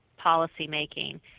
policymaking